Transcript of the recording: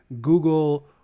Google